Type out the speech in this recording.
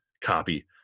copy